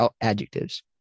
adjectives